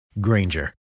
Granger